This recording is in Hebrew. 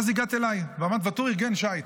ואז הגעת אליי, ואמרת: ואטורי ארגן שייט.